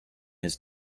his